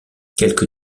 quelque